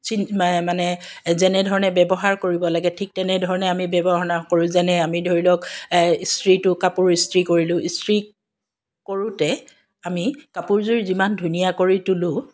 মানে মানে যেনেধৰণে ব্যৱহাৰ কৰিব লাগে ঠিক তেনেধৰণে আমি ব্যৱহাৰ নকৰোঁ যেনে আমি ধৰি লওক ইস্ত্ৰিটো কাপোৰ ইস্ত্ৰি কৰিলো ইস্ত্ৰিক কৰোতে আমি কাপোৰযোৰ যিমান ধুনীয়া কৰি তোলো